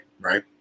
right